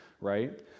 right